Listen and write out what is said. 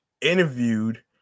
interviewed